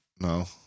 No